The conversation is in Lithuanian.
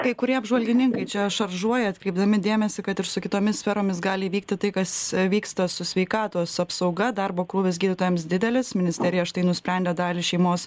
kai kurie apžvalgininkai čia šaržuoja atkreipdami dėmesį kad ir su kitomis sferomis gali įvykti tai kas vyksta su sveikatos apsauga darbo krūvis gydytojams didelis ministerija štai nusprendė dalį šeimos